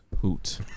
Hoot